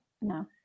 No